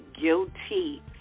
guilty